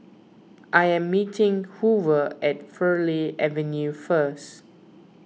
I am meeting Hoover at Farleigh Avenue first